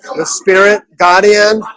the spirit guardian